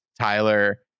tyler